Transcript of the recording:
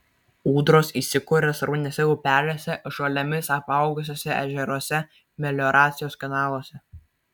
ūdros įsikuria srauniuose upeliuose žolėmis apaugusiuose ežeruose melioracijos kanaluose